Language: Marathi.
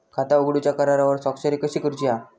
खाता उघडूच्या करारावर स्वाक्षरी कशी करूची हा?